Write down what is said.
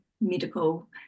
medical